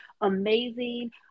amazing